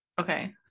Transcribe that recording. Okay